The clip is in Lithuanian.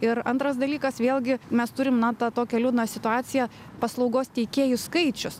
ir antras dalykas vėlgi mes turim na tą tokią liūdną situaciją paslaugos teikėjų skaičius